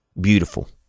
Beautiful